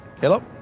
Hello